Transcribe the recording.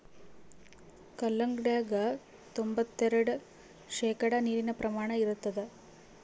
ಕಲ್ಲಂಗಡ್ಯಾಗ ತೊಂಬತ್ತೆರೆಡು ಶೇಕಡಾ ನೀರಿನ ಪ್ರಮಾಣ ಇರತಾದ